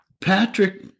Patrick